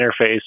interface